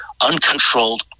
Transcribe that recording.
uncontrolled